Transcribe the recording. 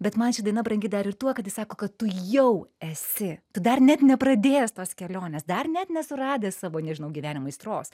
bet man ši daina brangi dar ir tuo kad jis sako kad tu jau esi tu dar net nepradėjęs tos kelionės dar net nesuradęs savo nežinau gyvenimo aistros